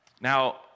Now